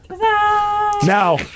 Now